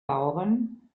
lauren